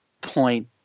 point